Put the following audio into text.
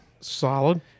solid